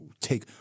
take